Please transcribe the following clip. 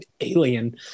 alien